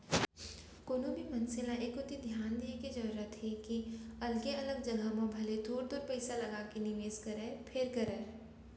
कोनो भी मनसे ल बरोबर ए कोती धियान दिये के जरूरत हे अलगे अलग जघा म भले थोर थोर पइसा लगाके निवेस करय फेर करय